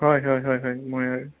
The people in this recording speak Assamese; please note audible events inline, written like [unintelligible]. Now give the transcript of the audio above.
হয় হয় হয় হয় [unintelligible]